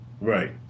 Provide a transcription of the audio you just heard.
right